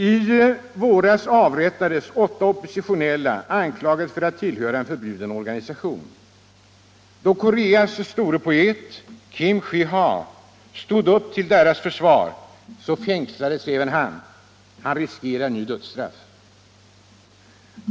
I våras avrättades åtta oppositionella, anklagade för att tillhöra en förbjuden organisation. Då Koreas store poet Kim Chi Ha stod upp till deras försvar, fängslades även han. Han riskerar nu dödsstraff.